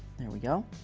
there we go.